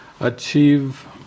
achieve